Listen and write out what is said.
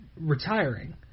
retiring